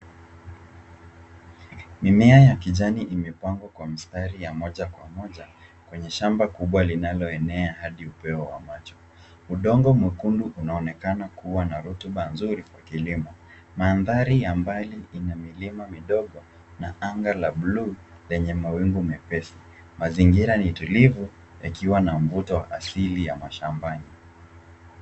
Mimea ya kijani imepangwa kwa mstari wa moja kwa moja kwenye shamba kubwa linaloelenea hadi upeo wa macho. Udongo mwekundu unaonekana kuwa na rutuba nzuri kwa kilimo. Mandhari ya mbali ina milima midogo na anga la buluu lenye mawingu mepesi. Mazingira ni tulivu yakiwa na mvuto wa asili ya mashambani.